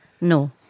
No